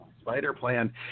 Spider-Plan